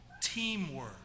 Teamwork